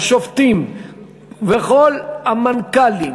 10%. השופטים וכל המנכ"לים,